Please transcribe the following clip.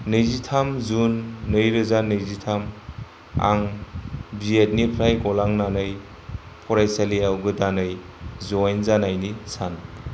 नैजिथाम जुन नैरोजा नैजिथाम आं बिएद निफ्राय गलांनानै फरायसालियाव गोदानै जयेन जानायनि सान